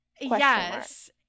yes